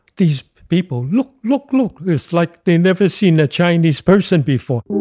these people look, look, look. it's like they never seen a chinese person before.